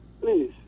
Please